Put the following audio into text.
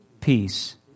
peace